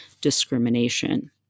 discrimination